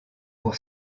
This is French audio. pour